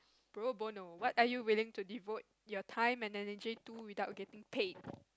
pro bono what are you willing to devote your time and energy to without getting paid